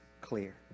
clear